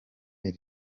iri